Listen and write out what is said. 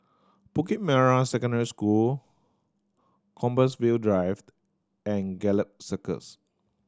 Bukit Merah Secondary School Compassvale Drived and Gallop Circus